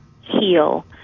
heal